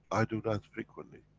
i do that frequently,